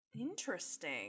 Interesting